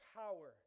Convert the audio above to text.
power